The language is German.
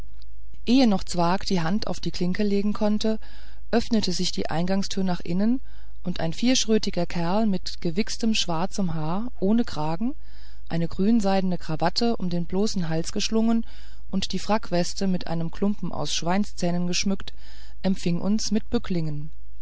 ehe noch zwakh die hand auf die klinke legen konnte öffnete sich die eingangstür nach innen und ein vierschrötiger kerl mit gewichstem schwarzem haar ohne kragen eine grünseidene krawatte um den bloßen hals geschlungen und die frackweste mit einem klumpen aus schweinszähnen geschmückt empfing uns mit